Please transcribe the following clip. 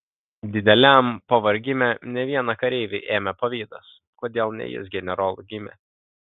dideliam pavargime ne vieną kareivį ėmė pavydas kodėl ne jis generolu gimė